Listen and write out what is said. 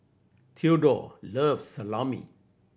Theodore loves Salami